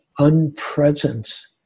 unpresence